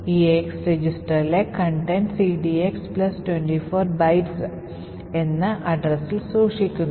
eax രജിസ്റ്ററിലെ contents edx 24 bytes എന്ന് addressൽ സൂക്ഷിക്കുന്നു